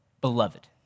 beloved